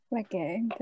Okay